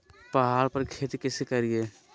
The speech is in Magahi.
पहाड़ पर खेती कैसे करीये?